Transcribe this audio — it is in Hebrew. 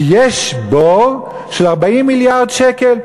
כי יש בור של 40 מיליארד שקל.